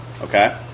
okay